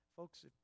Folks